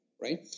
Right